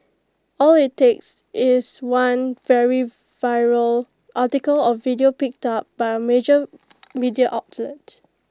all IT takes is one very viral article or video picked up by A major media outlet